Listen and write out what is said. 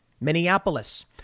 Minneapolis